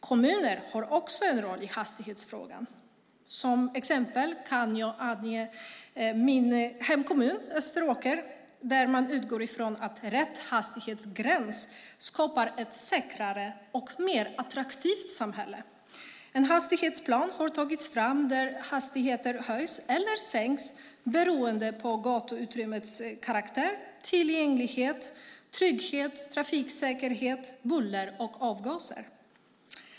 Kommunerna har också en roll i hastighetsfrågan. Som exempel kan jag ange min hemkommun Österåker, där man utgår ifrån att rätt hastighetsgräns skapar ett säkrare och mer attraktivt samhälle. En hastighetsplan har tagits fram där hastigheter höjs eller sänks beroende på gatuutrymmets karaktär, tillgänglighet, trygghet, trafiksäkerhet, buller och avgaser.